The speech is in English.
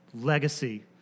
legacy